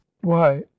Why